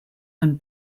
and